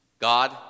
God